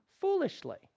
foolishly